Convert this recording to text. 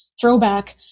throwback